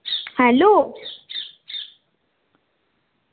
hello